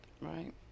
Right